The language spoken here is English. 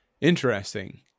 Interesting